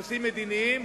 בנושאים מדיניים,